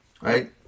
right